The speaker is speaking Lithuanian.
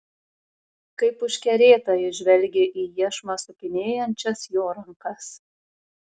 kaip užkerėta ji žvelgė į iešmą sukinėjančias jo rankas